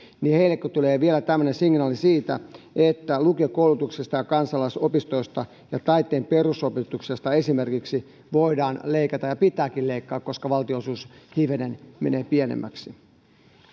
tulee vielä tämmöinen signaali siitä että lukiokoulutuksesta kansalaisopistoista ja taiteen perusopetuksesta esimerkiksi voidaan leikata ja pitääkin leikata koska valtionosuus hivenen menee pienemmäksi